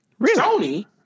Sony